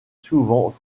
souvent